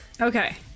Okay